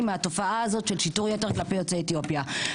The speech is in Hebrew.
מהתופעה הזאת של שיטור יתר כלפי יוצאי אתיופיה.